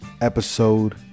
episode